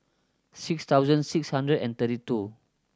six thousand six hundred and thirty two